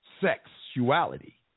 Sexuality